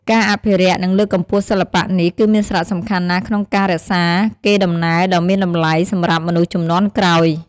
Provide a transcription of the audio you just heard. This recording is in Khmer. ការអភិរក្ស និងលើកកម្ពស់សិល្បៈនេះ គឺមានសារៈសំខាន់ណាស់ក្នុងការរក្សាកេរដំណែលដ៏មានតម្លៃសម្រាប់មនុស្សជំនាន់ក្រោយ។